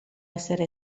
essere